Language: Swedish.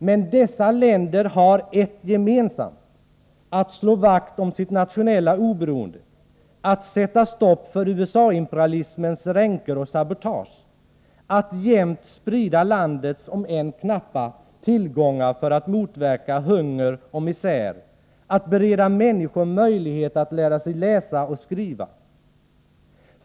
Men dessa länder har eft gemensamt: att slå vakt om sitt nationella oberoende, att sätta stopp för USA-imperialismens ränker och sabotage, att jämt sprida landets, om än knappa, tillgångar för att motverka hunger och misär, att bereda människor möjlighet att lära sig läsa och skriva.